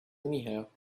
anyhow